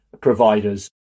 providers